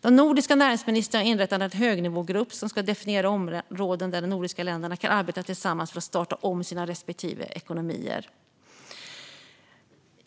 De nordiska näringsministrarna har inrättat en högnivågrupp som ska definiera områden där de nordiska länderna kan arbeta tillsammans för att starta om sina respektive ekonomier.